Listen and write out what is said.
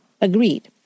agreed